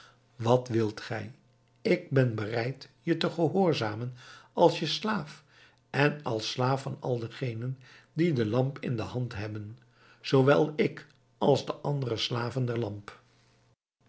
wat wilt gij ik ben bereid je te gehoorzamen als je slaaf en als slaaf van al degenen die de lamp in de hand hebben zoowel ik als de andere slaven der